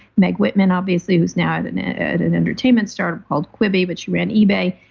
meg whitman, obviously, who's now at an ah at an entertainment startup called quibi, which ran ebay.